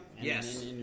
Yes